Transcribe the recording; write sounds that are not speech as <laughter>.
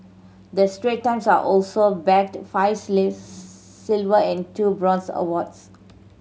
the Strait Times are also bagged five <unintelligible> silver and two bronze awards